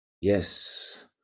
Yes